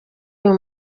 uyu